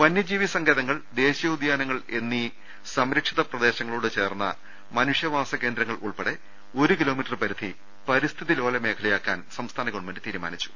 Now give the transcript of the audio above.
വന്യ ജീവി സങ്കേതങ്ങൾ ദേശീയോദ്യാനങ്ങൾ എന്നീ സംര ക്ഷിത പ്രദേശങ്ങളോട് ചേർന്ന മനുഷ്യവാസ കേന്ദ്രങ്ങൾ ഉൾപ്പെടെ ഒരു കിലോമീറ്റർ പരിധി പരിസ്ഥിതിലോല മേഖലയാക്കാൻ സംസ്ഥാന ഗവൺമെന്റ് തീരുമാനിച്ചു